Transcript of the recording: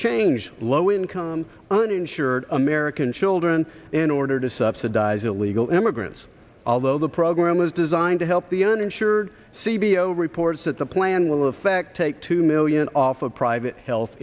change low income uninsured american children in order to subsidize illegal immigrants although the program is designed to help the uninsured c b o t reports that the plan will affect take two million off of private health